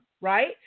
right